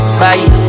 bye